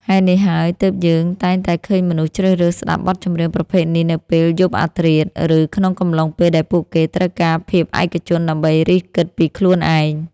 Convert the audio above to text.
ហេតុនេះហើយ ទើបយើងតែងតែឃើញមនុស្សជ្រើសរើសស្ដាប់បទចម្រៀងប្រភេទនេះនៅពេលយប់អាធ្រាត្រ ឬក្នុងកំឡុងពេលដែលពួកគេត្រូវការភាពឯកជនដើម្បីរិះគិតពីខ្លួនឯង។